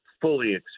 fully